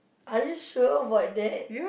are you sure about that